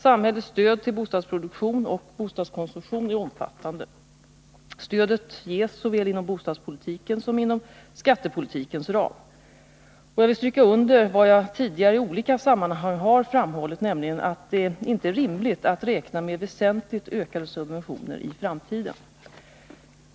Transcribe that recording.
Samhällets stöd till bostadsproduktionen och bostadskonsumtionen är omfattande. Stödet ges såväl inom bostadspolitikens som inom skattepolitikens ram. Jag vill stryka under vad jag tidigare i olika sammanhang har framhållit, nämligen att det inte är rimligt att räkna med väsentligt ökade subventioner i framtiden.